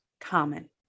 common